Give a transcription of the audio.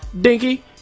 Dinky